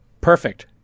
Perfect